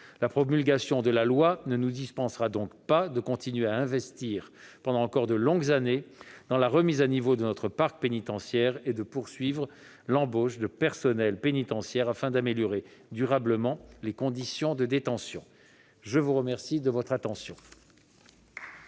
La promulgation de la loi ne nous dispensera donc pas de continuer à investir pendant encore de longues années dans la remise à niveau de notre parc pénitentiaire et de poursuivre l'embauche de personnels pénitentiaires afin d'améliorer durablement les conditions de détention. La parole est à M.